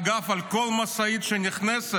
אגב, על כל משאית שנכנסת